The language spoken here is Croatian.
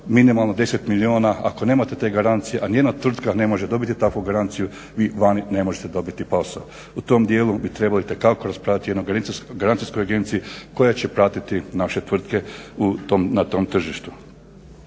minimalno 10 milijuna. Ako nemate te garancije, a nijedna tvrtka ne može dobiti takvu garanciju, vi vani ne možete dobiti posao. U tom dijelu bi trebalo itekako raspravljati o jednoj garancijskoj agenciji koja će pratiti naše tvrtke na tom tržištu.